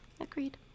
agreed